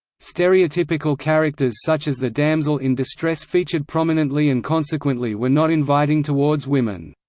stereotypical characters such as the damsel in distress featured prominently and consequently were not inviting towards women.